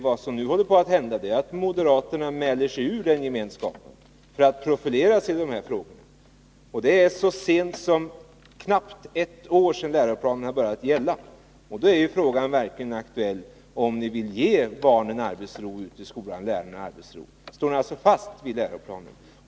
Vad som nu håller på att hända är att moderaterna mäler sig ur den gemenskapen för att profilera sig i dessa frågor. Det var så sent som för knappt ett år sedan som läroplanen började gälla. Då är frågan verkligen aktuell om ni vill ge eleverna och lärarna arbetsro. Står ni alltså fast vid läroplanen?